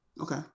Okay